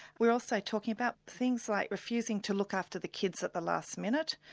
we're also talking about things like refusing to look after the kids at the last minute,